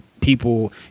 people